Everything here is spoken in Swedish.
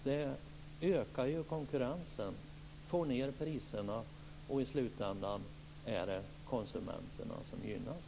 Det ökar konkurrensen och får ned priserna, och i slutändan är det konsumenterna som gynnas.